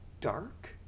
Dark